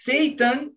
Satan